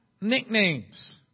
nicknames